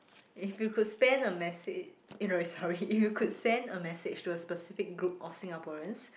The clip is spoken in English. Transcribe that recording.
if you could spend a message sorry if you could send a message to a specific group of Singaporeans